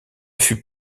fût